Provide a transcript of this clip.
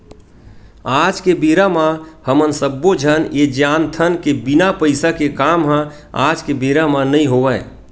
आज के बेरा म हमन सब्बे झन ये जानथन के बिना पइसा के काम ह आज के बेरा म नइ होवय